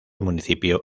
municipio